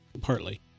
partly